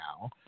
now